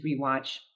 rewatch